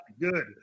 good